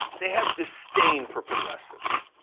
they have disdain for progressives.